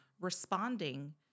responding